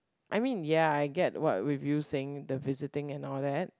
I mean ya I get what with you saying the visiting and all that